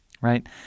right